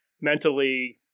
mentally –